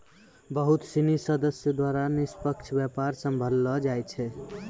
बहुत सिनी सदस्य द्वारा निष्पक्ष व्यापार सम्भाललो जाय छै